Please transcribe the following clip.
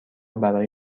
برای